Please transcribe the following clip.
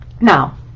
Now